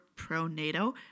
pro-nato